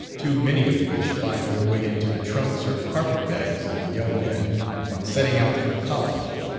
too many of which find their way into the trunks or carpet bags of the young men on setting out for college.